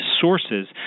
sources